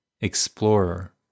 explorer